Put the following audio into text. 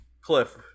Cliff